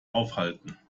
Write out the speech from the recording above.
aufhalten